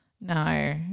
No